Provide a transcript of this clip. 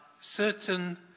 certain